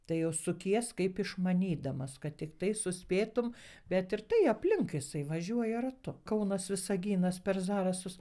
tai jau sukies kaip išmanydamas kad tiktai suspėtum bet ir tai aplink jisai važiuoja ratu kaunas visaginas per zarasus